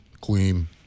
queen